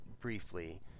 briefly